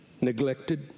neglected